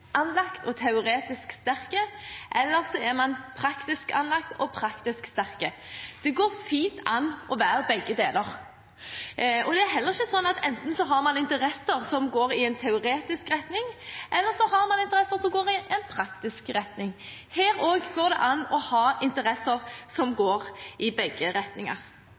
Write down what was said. praktisk anlagt og praktisk sterk. Det går fint an å være begge deler. Det er heller ikke slik at enten har man interesser som går i en teoretisk retning, eller så har man interesser som går i en praktisk retning. Også her går det an å ha interesser som går i begge retninger.